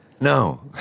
No